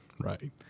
right